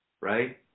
right